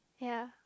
ya